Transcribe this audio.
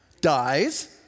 dies